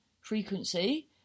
frequency